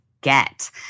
get